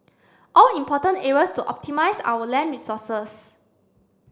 all important areas to optimise our land resources